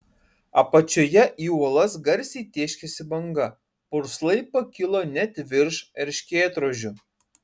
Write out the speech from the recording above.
apačioje į uolas garsiai tėškėsi banga purslai pakilo net virš erškėtrožių